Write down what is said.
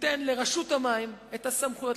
תיתן לרשות המים את הסמכויות,